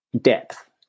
depth